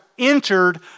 Entered